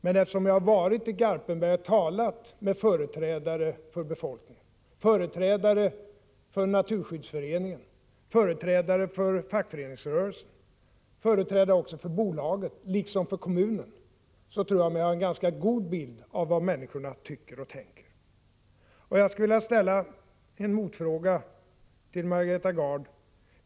Men eftersom jag har varit i Garpenberg och talat med företrädare för befolkningen, företrädare för naturskyddsföreningen, företrädare för fackföreningsrörelsen, företrädare också för bolaget liksom för kommunen, tror jag mig ha en ganska god bild av vad människorna tycker och tänker. Prot. 1985/86:66 Jag skulle vilja ställa en motfråga till Margareta Gard.